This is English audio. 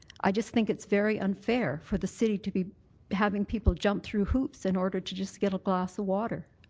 i just think it's very unfair for the city to be having people jump through hoops in order to just get a glass of water.